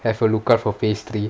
have a look out for phase three